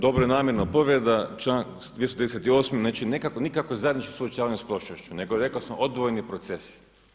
Dobro namjerno, povreda članak 238., znači nikakvo zajedničko suočavanje sa prošlošću nego rekao sam odvojeni procesi.